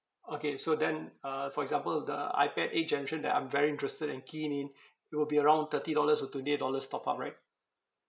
okay so then uh for example the ipad eight generation that I'm very interested and keen in it will be around thirty dollars or twenty eight dollars top up right